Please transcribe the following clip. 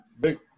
big